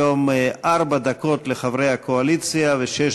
היום ארבע דקות לחברי הקואליציה ושש